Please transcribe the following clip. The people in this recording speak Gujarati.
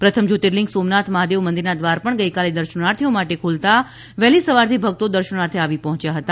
પ્રથમ જ્યોતિંલિંગ સોમનાથ મહાદેવ મંદિરના દ્વાર પણ ગઇકાલે દર્શનાર્થીઓ માટે ખોલાતાં વહેલી સવારથી ભક્તો દર્શાનાર્થે આવી પહોચ્યા હતા